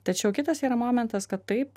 tačiau kitas yra momentas kad taip